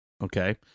Okay